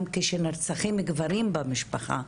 גם כאשר נרצחים גברים במשפחה,